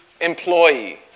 employee